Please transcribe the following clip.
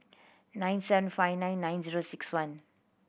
nine seven five nine nine zero six one